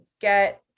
get